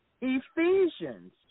Ephesians